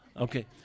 okay